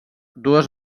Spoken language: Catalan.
dues